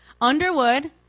Underwood